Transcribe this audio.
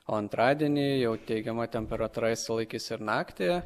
o antradienį jau teigiama temperatūra išsilaikys ir naktį